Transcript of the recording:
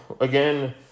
again